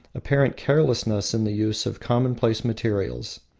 apparent carelessness in the use of commonplace materials.